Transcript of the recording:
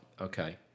okay